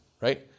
Right